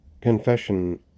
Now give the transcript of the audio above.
Confession